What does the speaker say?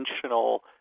conventional